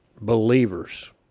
believers